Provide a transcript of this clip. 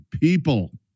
people